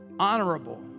Honorable